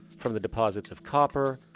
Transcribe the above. from the deposits of copper,